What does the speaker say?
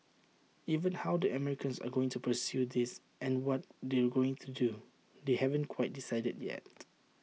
even how the Americans are going to pursue this and what they're going to do they haven't quite decided yet